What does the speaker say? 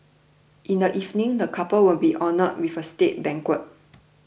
in the evening the couple will be honoured with a state banquet